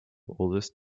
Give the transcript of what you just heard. oldest